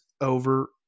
over